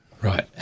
right